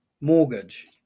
mortgage